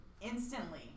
instantly